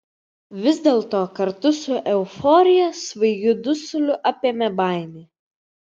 vis dėlto kartu su euforija svaigiu dusuliu apėmė baimė